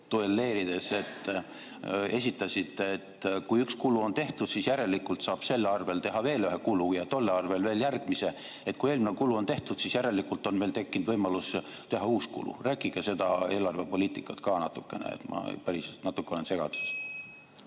duelleerides esitasite, et kui üks kulu on tehtud, siis järelikult saab selle arvel teha veel ühe kulu ja tolle arvel veel järgmise. Kui eelmine kulu on tehtud, siis järelikult on veel tekkinud võimalus teha uus kulu. Rääkige sellest eelarvepoliitikast ka natukene, ma natuke olen segaduses.